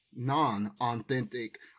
non-authentic